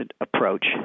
approach